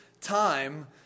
time